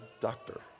doctor